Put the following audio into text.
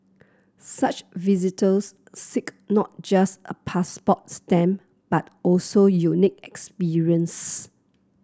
such visitors seek not just a passport stamp but also unique experiences